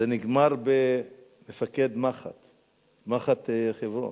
ונגמר במח"ט חברון.